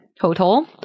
total